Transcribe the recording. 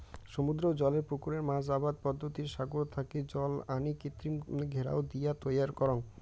সমুদ্রের জলের পুকুরে মাছ আবাদ পদ্ধতিত সাগর থাকি জল আনি কৃত্রিম ঘেরাও দিয়া তৈয়ার করাং